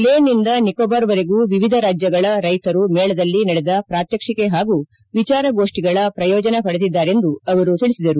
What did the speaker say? ಲೇಪ್ನಿಂದ ನಿಕೋಬಾರ್ವರೆಗೂ ವಿವಿಧ ರಾಜ್ಯಗಳ ರೈತರು ಮೇಳದಲ್ಲಿ ನಡೆದ ಪ್ರಾತ್ಯಕ್ಷಿಕೆ ಪಾಗೂ ವಿಚಾರಗೋಷ್ಠಗಳ ಪ್ರಯೋಜನ ಪಡೆದಿದ್ದಾರೆಂದು ಅವರು ತಿಳಿಸಿದರು